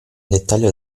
dettaglio